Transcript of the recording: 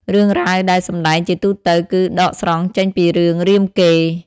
រឿងរ៉ាវដែលសម្តែងជាទូទៅគឺដកស្រង់ចេញពីរឿងរាមកេរ្តិ៍។